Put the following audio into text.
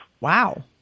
Wow